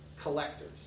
collectors